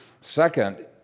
Second